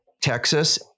Texas